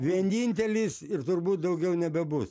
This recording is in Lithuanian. vienintelis ir turbūt daugiau nebebus